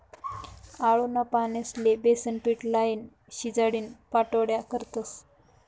आळूना पानेस्ले बेसनपीट लाईन, शिजाडीन पाट्योड्या करतस